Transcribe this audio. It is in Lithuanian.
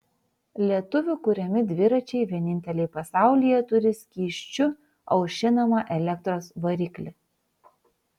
lietuvių kuriami dviračiai vieninteliai pasaulyje turi skysčiu aušinamą elektros variklį